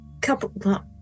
couple